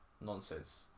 nonsense